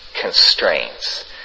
constraints